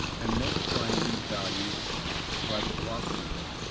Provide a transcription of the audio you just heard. and multiplying these values by the velocity head,